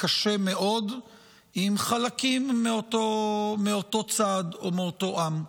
קשה מאוד עם חלקים מאותו צד או מאותו עם.